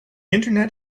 internet